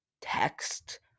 text